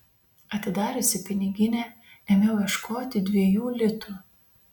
atidariusi piniginę ėmiau ieškoti dviejų litų